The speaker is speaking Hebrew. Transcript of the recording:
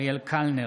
אריאל קלנר,